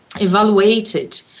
evaluated